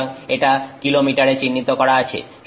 সুতরাং এটা কিলোমিটারে চিহ্নিত করা আছে